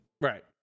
Right